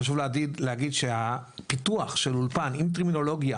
חשוב להגיד שהפיתוח של אולפן עם טרמינולוגיה